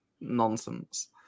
nonsense